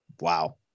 wow